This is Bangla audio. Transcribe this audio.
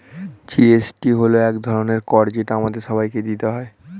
জি.এস.টি হল এক ধরনের কর যেটা আমাদের সবাইকে দিতে হয়